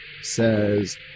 says